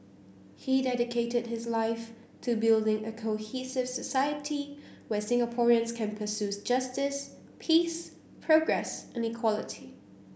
he dedicated his life to building a cohesive society where Singaporeans can pursue justice peace progress and equality